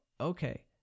okay